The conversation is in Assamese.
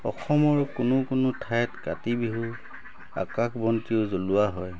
অসমৰ কোনো কোনো ঠাইত কাতি বিহুত আকাশবন্তিও জ্বলোৱা হয়